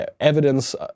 evidence